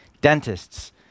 dentists